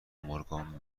مورگان